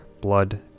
blood